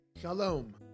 Shalom